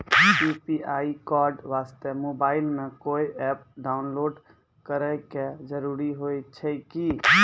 UPI code वास्ते mobile मे कोय एप्प डाउनलोड करे के जरूरी होय छै की?